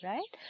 Right